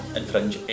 infringe